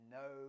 no